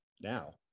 now